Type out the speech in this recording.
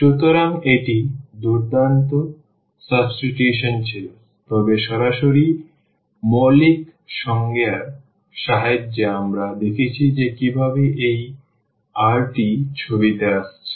সুতরাং এটি দুর্দান্ত সাবস্টিটিউশন ছিল তবে সরাসরি মৌলিক সংজ্ঞার সাহায্যে আমরা দেখেছি যে কীভাবে এই r টি ছবিতে আসছে